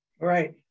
Right